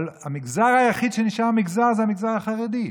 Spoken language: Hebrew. אבל המגזר היחיד שנשאר "מגזר" הוא המגזר החרדי.